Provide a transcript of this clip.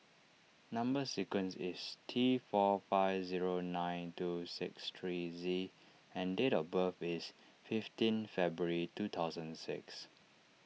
Number Sequence is T four five zero nine two six three Z and date of birth is fifteen February two thousand six